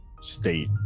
state